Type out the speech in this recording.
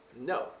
No